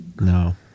no